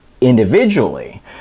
individually